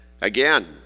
Again